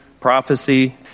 prophecy